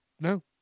no